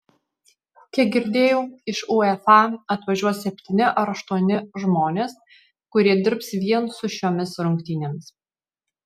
kiek girdėjau iš uefa atvažiuos septyni ar aštuoni žmonės kurie dirbs vien su šiomis rungtynėmis